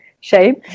shame